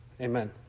Amen